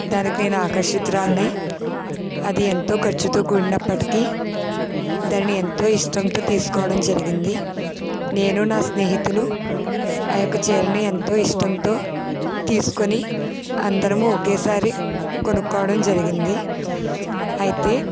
దానికి నేను ఆకర్షితురాలిని అయ్యి అది ఎంతో ఖర్చుతో కూడినప్పటికి దానిని ఎంతో ఇష్టంతో తీసుకోవడం జరిగింది నేను నా స్నేహితులు ఆ యొక్క చీరను ఎంతో ఇష్టంతో తీసుకొని అందరం ఒకేసారి కొనుక్కోవడం జరిగింది అయితే